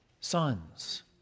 sons